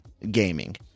gaming